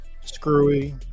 screwy